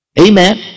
Amen